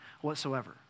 whatsoever